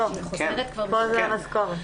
כאן זאת משכורת.